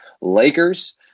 Lakers